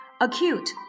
Acute